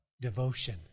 devotion